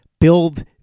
build